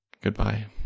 goodbye